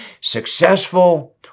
Successful